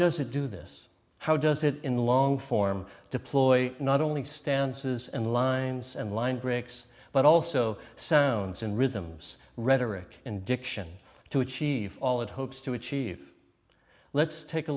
does it do this how does it in the long form deploy not only stances and lines and line breaks but also sounds in rhythms rhetoric and diction to achieve all it hopes to achieve let's take a